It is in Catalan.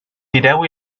tireu